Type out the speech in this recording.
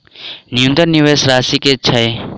न्यूनतम निवेश राशि की छई?